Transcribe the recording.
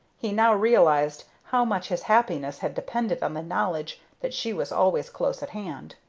he now realized how much his happiness had depended on the knowledge that she was always close at hand.